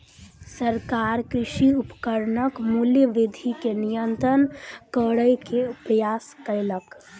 सरकार कृषि उपकरणक मूल्य वृद्धि के नियंत्रित करै के प्रयास कयलक